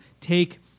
take